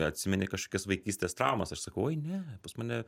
atsimeni kažkokias vaikystės traumas aš sakau oi ne pas mane